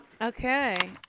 Okay